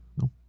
No